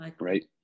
Right